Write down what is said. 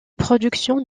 production